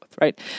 right